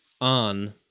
on